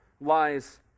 lies